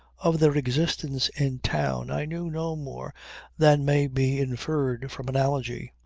of their existence in town i knew no more than may be inferred from analogy.